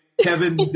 Kevin